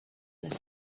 les